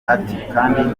kandi